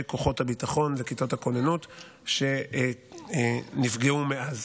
כוחות הביטחון וכיתות הכוננות שנפגעו מאז.